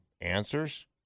answers